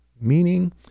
meaning